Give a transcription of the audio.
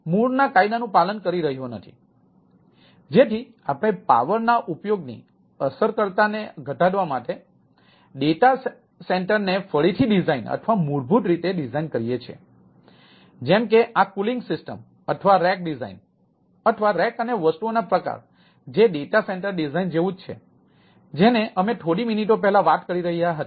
Moore કાયદા અથવા rack અને વસ્તુઓના પ્રકાર જે ડેટા સેન્ટર ડિઝાઇન જેવું જ છે જેની અમે થોડી મિનિટો પહેલા વાત કરી રહ્યા હતા